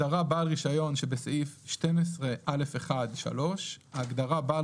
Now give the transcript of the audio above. תיקון סעיף 12. בסעיף 1 לחוק העיקרי בהגדרה "אזור שירות",